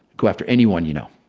go after anyone, you know.